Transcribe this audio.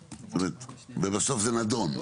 ובסוף זה נדון,